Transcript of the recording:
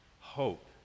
Hope